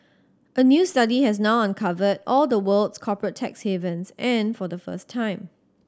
a new study has now uncovered all the world's corporate tax havens and for the first time